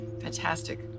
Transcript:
fantastic